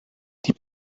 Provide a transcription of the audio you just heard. die